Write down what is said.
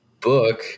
book